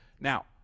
Now